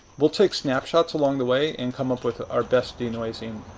we'll take snapshots along the way and come up with our best denoising